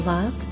Love